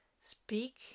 speak